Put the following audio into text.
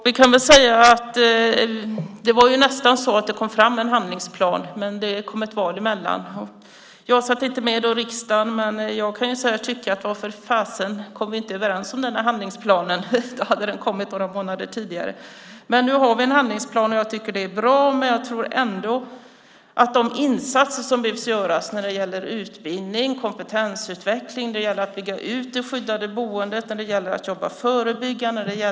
Herr talman! Det blev nästan en handlingsplan då, men det kom ett val emellan. Jag satt inte i riksdagen då, men jag tycker att det var fasen så dumt att man inte kom överens om den handlingsplanen. Då hade den kommit några månader tidigare. Men nu har vi en handlingsplan. Det är bra. Jag tror ändå att insatser behöver göras när det gäller utbildning och kompetensutveckling, när det gäller att bygga ut det skyddade boendet och när det gäller att jobba förebyggande.